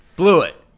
blew it.